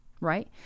right